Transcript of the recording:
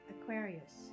Aquarius